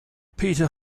peter